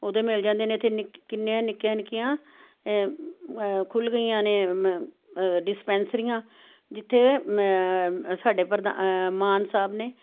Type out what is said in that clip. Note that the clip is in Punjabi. ਓਦੋਂ ਮਿਲ ਜਾਂਦੀਆਂ ਨੇ ਇੱਥੇ ਕਿੰਨੀਆਂ ਨਿੱਕੀਆਂ ਨਿੱਕੀਆਂ ਖੁੱਲ ਗਈਆਂ ਨੇ ਡਿਸਪੈਂਸਰੀਆਂ ਜਿੱਥੇ ਸਾਡੇ ਪ੍ਰਧਾ ਮਾਨ ਸਾਬ ਨੇ